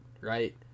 Right